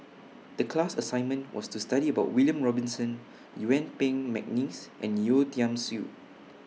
The class assignment was to study about William Robinson Yuen Peng Mcneice and Yeo Tiam Siew